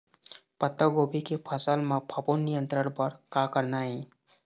पत्तागोभी के फसल म फफूंद नियंत्रण बर का करना ये?